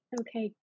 Okay